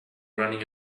running